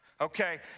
okay